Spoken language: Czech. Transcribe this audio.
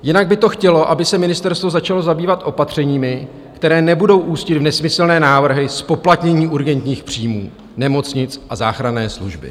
Jinak by to chtělo, aby se ministerstvo začalo zabývat opatřeními, která nebudou ústit v nesmyslné návrhy zpoplatnění urgentních příjmů nemocnic a záchranné služby.